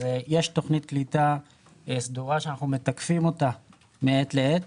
יש תוכנית קליטה סדורה שאנחנו מתקפים אותה מעת לעת,